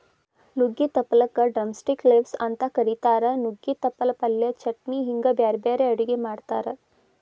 ನುಗ್ಗಿ ತಪ್ಪಲಕ drumstick leaves ಅಂತ ಕರೇತಾರ, ನುಗ್ಗೆ ತಪ್ಪಲ ಪಲ್ಯ, ಚಟ್ನಿ ಹಿಂಗ್ ಬ್ಯಾರ್ಬ್ಯಾರೇ ಅಡುಗಿ ಮಾಡ್ತಾರ